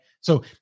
So-